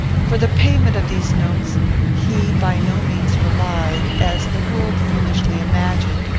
for the payment of these notes he by no means relied, as the world foolishly imagined,